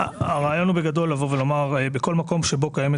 הרעיון הוא לומר שבכל מקום שבו קיימת